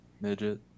midget